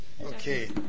Okay